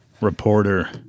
reporter